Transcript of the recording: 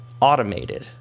automated